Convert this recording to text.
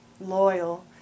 loyal